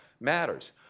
matters